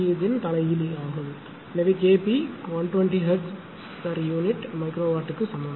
இன் தலைகீழ் ஆகும் எனவே K p 120 Hzpu MW க்கு சமம்